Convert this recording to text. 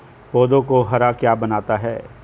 पौधों को हरा क्या बनाता है?